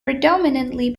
predominantly